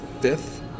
fifth